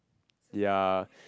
ya